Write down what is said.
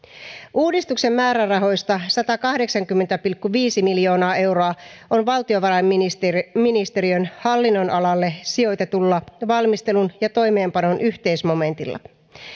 uudistuksen määrärahoista satakahdeksankymmentä pilkku viisi miljoonaa euroa on valtiovarainministeriön hallinnonalalle sijoitetulla valmistelun ja toimeenpanon yhteismomentilla